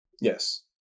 Yes